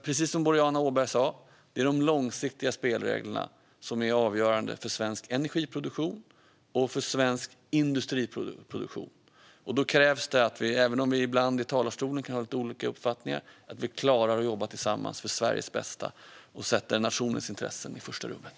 Precis som Boriana Åberg sa är det de långsiktiga spelreglerna som är avgörande för svensk energiproduktion och för svensk industriproduktion. Även om vi i talarstolen ibland har olika uppfattningar krävs det att vi klarar att jobba tillsammans för Sveriges bästa och sätta nationens intressen i första rummet.